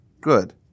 good